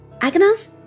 Agnes